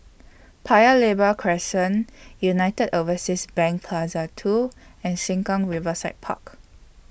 Paya Lebar Crescent United Overseas Bank Plaza two and Sengkang Riverside Park